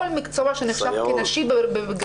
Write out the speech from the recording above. כל מקצוע שנחשב כ"נשי"